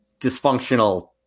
dysfunctional